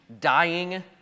dying